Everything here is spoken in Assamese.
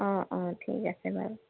অ অ ঠিক আছে বাৰু